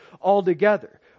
altogether